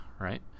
right